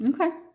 Okay